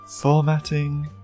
formatting